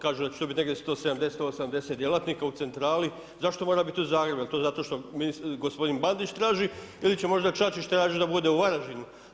Kažu da će tu biti negdje 170, 180 u centrali, zašto mora biti u Zagrebu, jel' to zato što gospodin Bandić traži ili će možda Čačić tražiti da bude u Varaždinu?